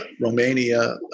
Romania